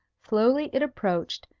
slowly it approached,